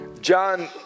John